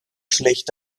schlecht